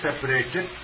separated